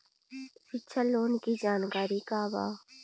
शिक्षा लोन के जानकारी का बा?